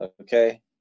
okay